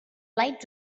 light